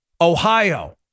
Ohio